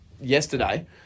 Yesterday